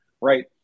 right